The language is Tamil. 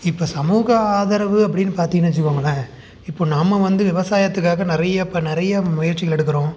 இப்போ சமூக ஆதரவு அப்படின்னு பார்த்தீங்கன்னு வச்சுக்கோங்களேன் இப்போது நம்ம வந்து விவசாயத்துக்காக நிறைய இப்போ நிறைய முயற்சிகள் எடுக்கிறோம்